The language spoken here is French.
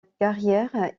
carrière